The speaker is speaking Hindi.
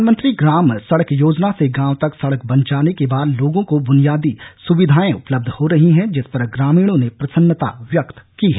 प्रधानमंत्री ग्राम सड़क योजना से गांव तक सड़क बन जाने के बाद लोगों को बुनियादी सुविधाएं उपलब्ध हो रही हैं जिस पर ग्रामीणों ने प्रसन्नता व्यक्त की है